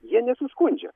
jie nesiskundžia